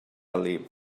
live